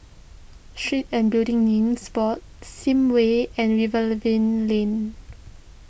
Street and Building Names Board Sims Way and Lane